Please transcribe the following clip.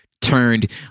turned